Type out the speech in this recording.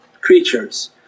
creatures